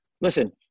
listen